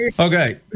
Okay